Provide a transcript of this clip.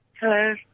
Hello